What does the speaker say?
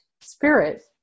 spirit